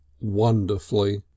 wonderfully